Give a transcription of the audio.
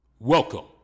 welcome